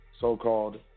so-called